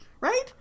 Right